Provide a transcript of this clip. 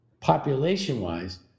population-wise